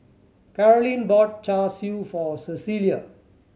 Carolyne bought Char Siu for Cecilia